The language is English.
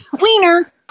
Wiener